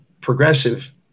progressive